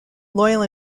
loyal